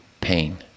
pain